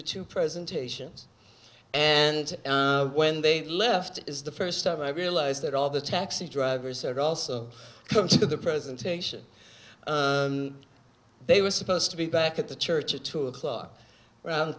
the two presentations and when they left is the first time i realized that all the taxi drivers are also come to the presentation they were supposed to be back at the church of two o'clock